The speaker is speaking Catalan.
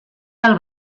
tal